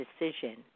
decision